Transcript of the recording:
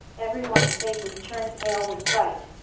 everyone's faces turned pale with fright.